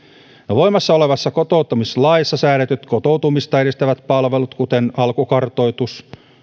voimassa olevassa kotouttamislaissa säädetyt kotoutumista edistävät palvelut kuten alkukartoitus